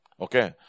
Okay